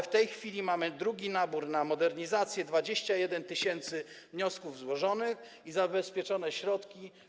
W tej chwili mamy drugi nabór na modernizację, 21 tys. złożonych wniosków i zabezpieczone środki.